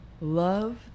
love